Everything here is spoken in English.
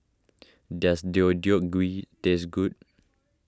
does Deodeok Gui taste good